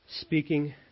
Speaking